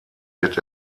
wird